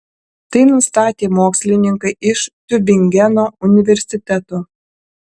tai nustatė mokslininkai iš tiubingeno universiteto